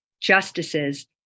justices